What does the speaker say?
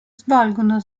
svolgono